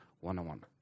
one-on-one